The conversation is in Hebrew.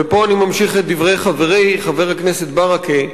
ופה אני ממשיך את דברי חברי חבר הכנסת ברכה,